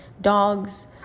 dogs